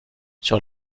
sur